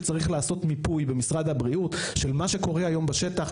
שצריך לעשות במשרד הבריאות מיפוי של מה שקורה היום בשטח,